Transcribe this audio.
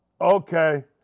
Okay